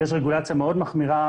ויש רגולציה מאוד מחמירה